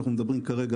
אנחנו מדברים כרגע,